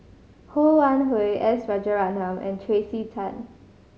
Ho Wan Hui S Rajaratnam and Tracey Tan